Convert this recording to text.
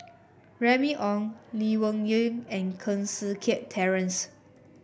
Remy Ong Lee Wung Yew and Koh Seng Kiat Terence